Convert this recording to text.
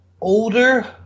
older